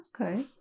Okay